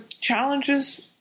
challenges